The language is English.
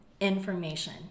information